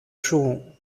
σου